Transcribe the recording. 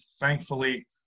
thankfully